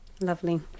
Lovely